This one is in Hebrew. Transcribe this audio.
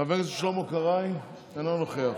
חבר הכנסת שלמה קרעי, אינו נוכח,